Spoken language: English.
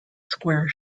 square